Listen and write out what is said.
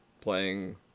playing